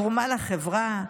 תרומה לחברה,